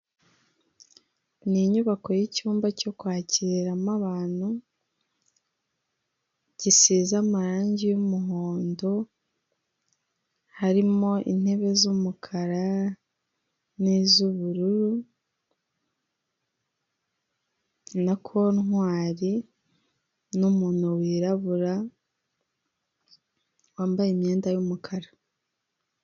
Ni inyubako y'icyumba cyo kwakiriramo abantu, gisize amarangi y'umuhondo, harimo intebe z'umukara n'izubururu, na kontwari n'umuntu wirabura wambaye imyenda y'umukara.